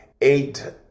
eight